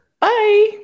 Bye